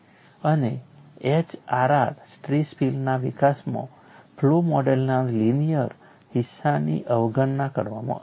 અને HRR stress ફિલ્ડના વિકાસમાં ફ્લો મોડેલના લિનિયર હિસ્સાની અવગણના કરવામાં આવે છે